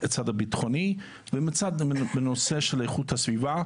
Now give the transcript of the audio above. הצד הביטחוני, ומצד הנושא של איכות הסביבה,